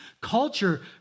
culture